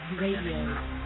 Radio